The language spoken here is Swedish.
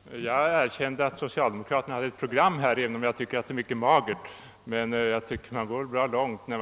Herr talman! Jag erkände att socialdemokraterna framlagt ett program, även om jag tycker att det är mycket magert, men jag anser att herr Kristenson går bra långt när